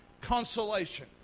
consolation